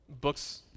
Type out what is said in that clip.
books